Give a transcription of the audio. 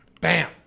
Bam